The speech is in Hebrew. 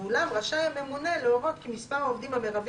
ואולם רשאי הממונה להורות כי מספר העובדים המרבי